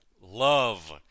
love